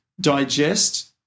digest